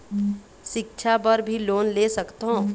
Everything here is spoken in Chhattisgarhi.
सिक्छा बर भी लोन ले सकथों?